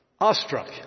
awestruck